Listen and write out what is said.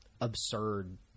absurd